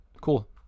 Cool